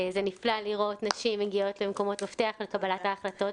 זה נפלא לראות נשים שמגיעות למקומות מפתח ולקבלת ההחלטות,